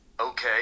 Okay